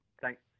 Thanks